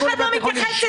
אף אחד לא דואג להם.